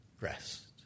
rest